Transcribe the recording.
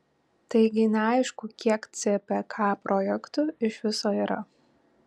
taigi neaišku kiek cpk projektų iš viso yra